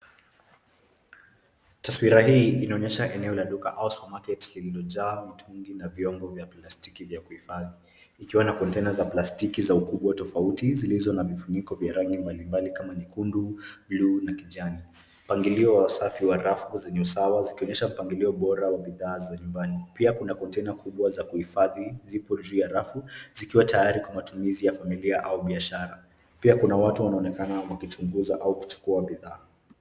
Taswira hii inaonyesha eneo la duka au supermarket lililojaa mtungi na vyombo vya plastiki vya kuhifadhi, ikiwa na container za plastiki za ukubwa tofauti zilizo na vifuniko vya rangi mbali mbali kama: nyekundu, bluu na kijani. Mpangilio wa usafi wa rafu zenye usawa, zikionyesha mpangilio bora wa bidhaa za nyumbani. Pia kuna container kubwa za kuhifadhi, zipo juu ya rafu zikiwa tayari kwa matumizi ya familia au biashara. Pia kuna watu wanaonekana wakichunguza au kuchukua bidhaa.